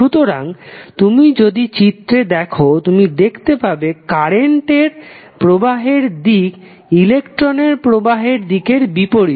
সুতরাংতুমি যদি চিত্রে দেখ তুমি দেখতে পাবে কারেন্টের প্রবাহের দিক ইলেকট্রনের প্রবাহের দিকের বিপরীতে